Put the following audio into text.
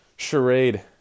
charade